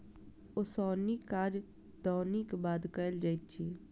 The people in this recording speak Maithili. ओसौनीक काज दौनीक बाद कयल जाइत अछि